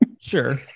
Sure